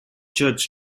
church